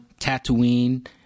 Tatooine